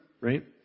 right